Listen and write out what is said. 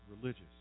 religious